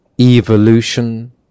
evolution